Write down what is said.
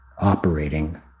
operating